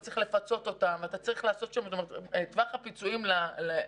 אתה צריך לפצות אותם; טווח הפיצויים לתושבי